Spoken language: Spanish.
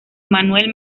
manuel